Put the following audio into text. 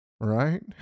right